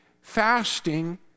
fasting